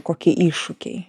kokie iššūkiai